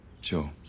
Sure